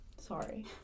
Sorry